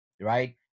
right